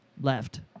Left